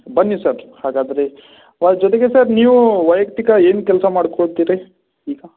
ಬನ್ನಿ ಸರ್ ಹಾಗಾದರೆ ಹಾಂ ಜೊತೆಗೆ ಸರ್ ನೀವು ವೈಯಕ್ತಿಕ ಏನು ಕೆಲಸ ಮಾಡ್ಕೊತಿರಿ ಈಗ